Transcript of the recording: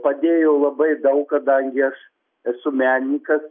padėjo labai daug kadangi aš esu menininkas